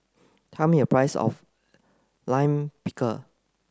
tell me the price of Lime Pickle